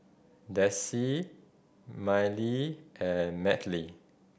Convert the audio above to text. Dessie Mylee and Mattye